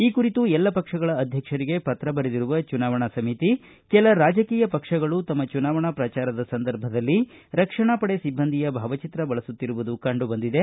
ಈ ಕುರಿತು ಎಲ್ಲ ಪಕ್ಷಗಳ ಅಧ್ಯಕ್ಷರಿಗೆ ಪತ್ರ ಬರೆದಿರುವ ಚುನಾವಣಾ ಸಮಿತಿ ಕೆಲ ರಾಜಕೀಯ ಪಕ್ಷಗಳು ತಮ್ಮ ಚುನಾವಣಾ ಪ್ರಚಾರದ ಸಂದರ್ಭದಲ್ಲಿ ರಕ್ಷಣಾ ಪಡೆ ಸಿಬ್ದಂದಿಯ ಭಾವಚಿತ್ರ ಬಳಸುತ್ತಿರುವುದು ಕಂಡು ಬಂದಿದೆ